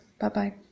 Bye-bye